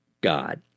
God